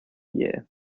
year